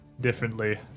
differently